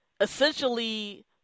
essentially